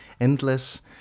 endless